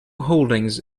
holdings